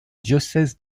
diocèse